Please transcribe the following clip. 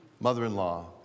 mother-in-law